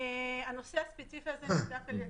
הנושא הספציפי הזה נבדק על ידנו,